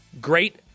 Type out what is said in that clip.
Great